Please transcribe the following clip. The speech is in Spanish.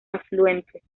afluentes